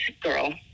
girl